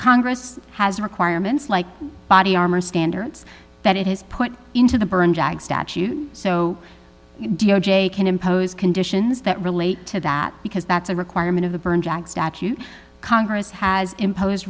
congress has requirements like body armor standards that it has put into the byrne jag statute so d o j can impose conditions that relate to that because that's a requirement of the byrne jag statute congress has impose